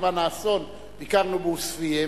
בזמן האסון ביקרנו בעוספיא,